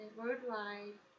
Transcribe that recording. worldwide